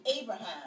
Abraham